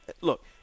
look